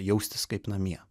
jaustis kaip namie